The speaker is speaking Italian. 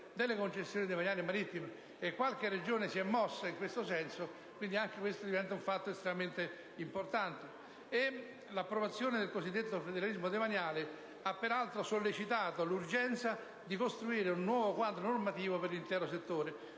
delle concessioni demaniali marittime e qualche Regione si è mossa in questo senso: anche questo è un fatto estremamente importante. L'approvazione del cosiddetto federalismo demaniale ha peraltro sollecitato l'urgenza di costruire un nuovo quadro normativo per l'intero settore,